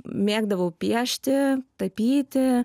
mėgdavau piešti tapyti